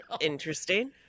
interesting